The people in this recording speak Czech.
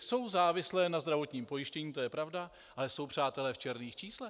Jsou závislé na zdravotním pojištění, to je pravda, ale jsou, přátelé, v černých číslech.